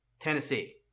Tennessee